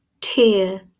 tear